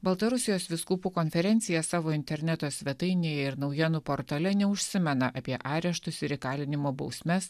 baltarusijos vyskupų konferencija savo interneto svetainėje ir naujienų portale neužsimena apie areštus ir įkalinimo bausmes